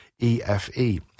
EFE